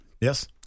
Yes